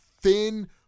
thin